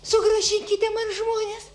sugrąžinkite man žmones